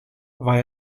war